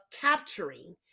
capturing